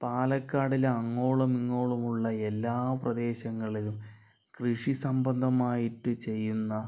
പാലക്കാടിലങ്ങോളമിങ്ങോളം ഉള്ള എല്ലാ പ്രദേശങ്ങളിലും കൃഷി സംബന്ധമായിട്ട് ചെയ്യുന്ന